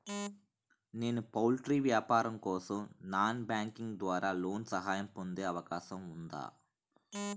నేను పౌల్ట్రీ వ్యాపారం కోసం నాన్ బ్యాంకింగ్ ద్వారా లోన్ సహాయం పొందే అవకాశం ఉందా?